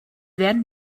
werden